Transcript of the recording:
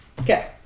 Okay